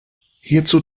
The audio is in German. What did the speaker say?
hierzu